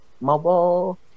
mobile